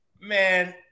man